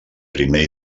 primer